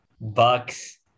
Bucks